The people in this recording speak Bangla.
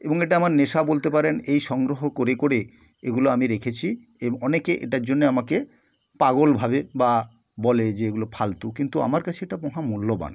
এবং এটা আমার নেশা বলতে পারেন এই সংগ্রহ করে করে এগুলো আমি রেখেছি এব অনেকেই এটার জন্যে আমাকে পাগল ভাবে বা বলে যে এগুলো ফালতু কিন্তু আমার কাছে এটা মহামূল্যবান